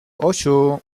ocho